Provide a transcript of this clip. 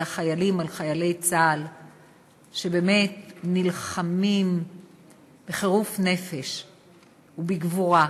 על חיילי צה"ל שנלחמים בחירוף נפש ובגבורה.